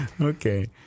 Okay